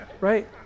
right